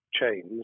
chains